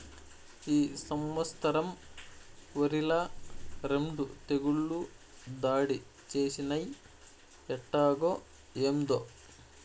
ఈ సంవత్సరం ఒరిల రెండు తెగుళ్ళు దాడి చేసినయ్యి ఎట్టాగో, ఏందో